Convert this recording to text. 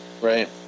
Right